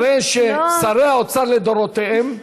כנראה שרי האוצר לדורותיהם,